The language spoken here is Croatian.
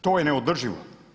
To je neodrživo.